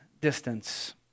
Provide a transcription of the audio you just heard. distance